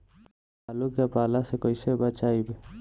आलु के पाला से कईसे बचाईब?